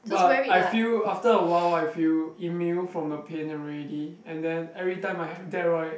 but I feel after awhile I feel immune from the pain already and then every time I have that right